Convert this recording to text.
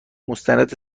مستند